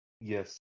Yes